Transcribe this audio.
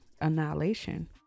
annihilation